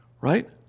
right